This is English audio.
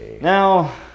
now